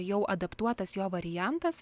jau adaptuotas jo variantas